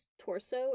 torso